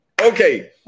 Okay